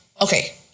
Okay